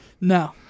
No